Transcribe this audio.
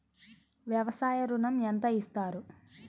వ్యవసాయ ఋణం ఎంత ఇస్తారు?